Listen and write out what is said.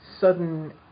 sudden